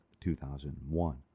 2001